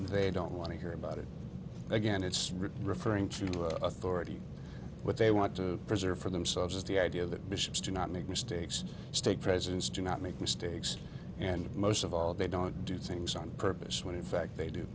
they don't want to hear about it again it's referring to the authority what they want to preserve for themselves is the idea that bishops do not make mistakes state presidents do not make mistakes and most of all they don't do things on purpose when in fact